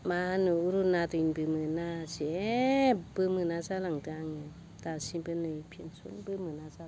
मा होनो अरुनादयनिबो मोना जेबो मोना जालांदों आङो दासिमबो नै पेन्सनबो मोना जादों